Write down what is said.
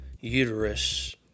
uterus